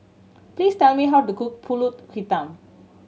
please tell me how to cook Pulut Hitam